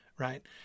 right